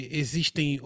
existem